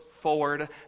forward